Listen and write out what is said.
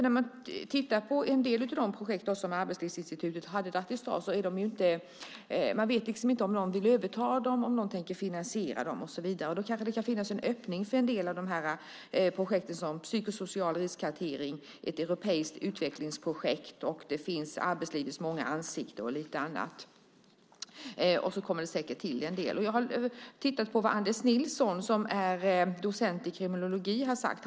När man tittar på en del av de projekt som Arbetslivsinstitutet hade vet man inte om någon vill överta dem, om någon tänker finansiera dem och så vidare. Då kanske det kan finnas en öppning för en del av projekten, som psykosocial riskkartering, ett europeiskt utvecklingsprojekt, arbetslivets många ansikten och lite annat. Det kommer säkert till en del också. Jag har tittat på vad Anders Nilsson, som är docent i kriminologi, har sagt.